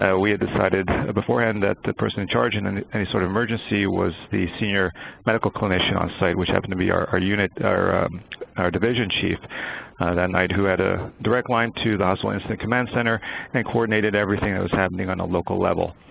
ah we had decided beforehand that the person in-charge in and any sort of emergency was the senior medical clinician onsite which happened to be our unit our um our division chief that night who had a direct line to the hospital incident command center and coordinated everything that was happening on a local level.